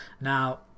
now